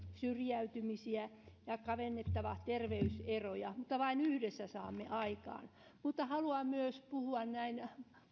syrjäytymisiä ja on kavennettava terveyseroja mutta vain yhdessä saamme aikaan mutta haluan myös puhua näin